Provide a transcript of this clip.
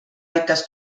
aitas